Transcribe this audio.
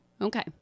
Okay